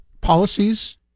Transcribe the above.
Policies